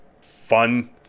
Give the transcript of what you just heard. fun